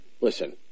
Listen